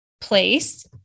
place